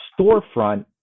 storefront